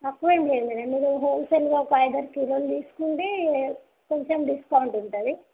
తక్కువేం లేదు మ్యాడమ్ మీరు హోల్సేల్గా ఒక ఐదారు కిలోలు తీసుకుంటే కొంచెం డిస్కౌంట్ ఉంటుంది